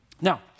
Now